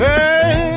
Hey